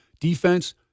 Defense